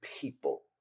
people